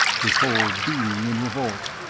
his whole being in revolt.